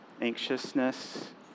anxiousness